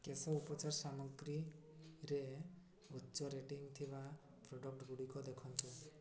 କେଶ ଉପଚାର ସାମଗ୍ରୀରେ ଉଚ୍ଚ ରେଟିଂ ଥିବା ପ୍ରଡ଼କ୍ଟଗୁଡ଼ିକ ଦେଖନ୍ତୁ